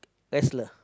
wrestler